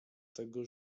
tego